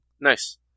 Nice